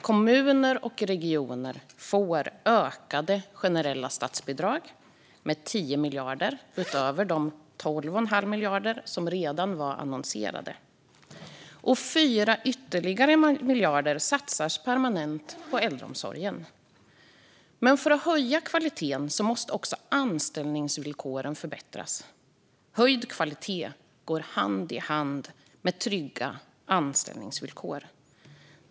Kommuner och regioner får ökade generella statsbidrag med 10 miljarder, utöver de 12,5 miljarder som redan var annonserade, och ytterligare 4 miljarder satsas permanent på äldreomsorgen. Men för att höja kvaliteten måste också anställningsvillkoren förbättras. Höjd kvalitet går hand i hand med trygga anställningsvillkor.